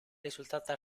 risultato